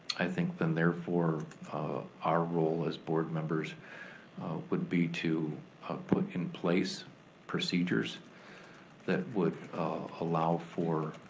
i think, then therefore our role as board members would be to put in place procedures that would allow for